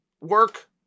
work